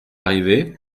arrivé